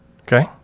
Okay